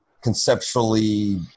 conceptually